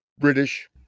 british